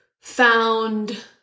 found